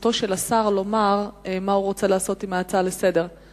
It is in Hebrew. זכותו של השר לומר מה הוא רוצה לעשות עם ההצעה לסדר-היום.